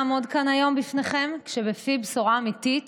היום בפניכם כשבפי בשורה אמיתית